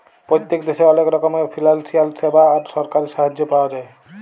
পত্তেক দ্যাশে অলেক রকমের ফিলালসিয়াল স্যাবা আর সরকারি সাহায্য পাওয়া যায়